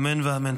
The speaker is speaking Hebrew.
אמן ואמן.